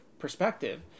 perspective